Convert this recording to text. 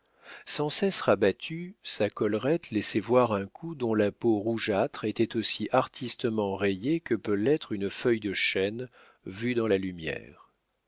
sans cesse rabattue sa collerette laissait voir un cou dont la peau rougeâtre était aussi artistement rayée que peut l'être une feuille de chêne vue dans la lumière